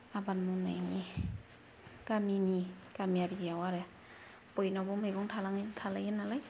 आबाद मावनायनि गामिनि गामियारियाव आरो बयनावबो मैगं थाइगं थालायो नालाय